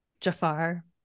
Jafar